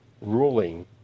ruling